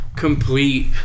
complete